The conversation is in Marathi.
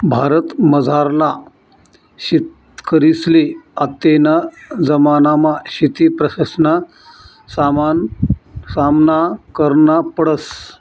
भारतमझारला शेतकरीसले आत्तेना जमानामा शेतीप्रश्नसना सामना करना पडस